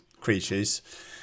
creatures